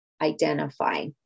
identify